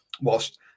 whilst